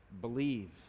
believe